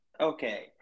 Okay